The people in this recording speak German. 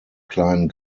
kleinen